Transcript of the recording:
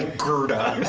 gerda